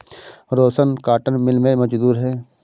रोशन cotton mill में मजदूर है